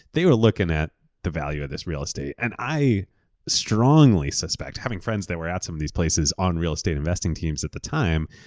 they were looking at the value of this real estate and i strongly suspect, having friends that were at some of these places on real estate investing teams at the time,